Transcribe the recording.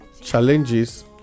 challenges